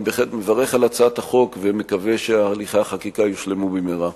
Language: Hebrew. אני בהחלט מברך על הצעת החוק ומקווה שהליכי החקיקה יושלמו במהרה.